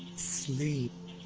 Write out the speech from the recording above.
sleep.